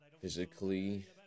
physically